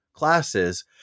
Classes